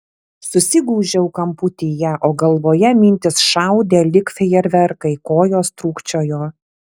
susigūžiau kamputyje o galvoje mintys šaudė lyg fejerverkai kojos trūkčiojo